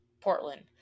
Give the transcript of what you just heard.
Portland